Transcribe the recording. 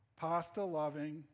pasta-loving